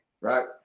Right